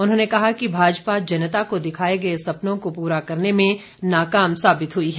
उन्होंने कहा कि भाजपा जनता को दिखाए गए सपनों को पूरा करने में नाकाम साबित हुई है